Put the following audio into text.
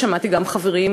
ושמעתי גם חברים,